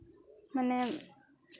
ᱢᱟᱱᱮ